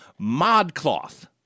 ModCloth